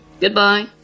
goodbye